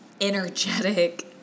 energetic